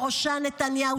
ובראשה נתניהו,